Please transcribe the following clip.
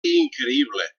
increïble